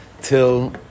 till